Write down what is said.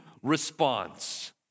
response